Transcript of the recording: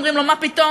אומרים לו: מה פתאום,